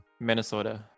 Minnesota